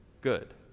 good